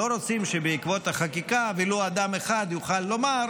ולא רוצים שבעקבות החקיקה ולו אדם אחד יוכל לומר: